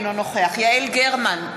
אינו נוכח יעל גרמן,